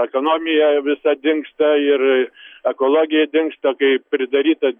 ekonomija visa dingsta ir ekologija dingsta kai pridaryta